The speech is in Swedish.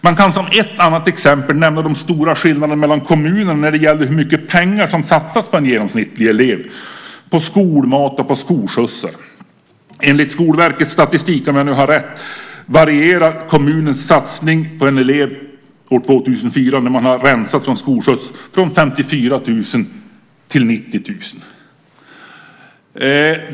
Man kan som ett annat exempel nämna de stora skillnaderna mellan kommunerna när det gäller hur mycket pengar som satsas på en genomsnittlig elev, på skolmat och på skolskjutsar. Enligt Skolverkets statistik, om den nu har rätt, varierar kommunens satsning på en elev år 2004, när man har rensat från skolskjuts, från 54 000 till 90 000 kr.